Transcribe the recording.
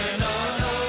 no-no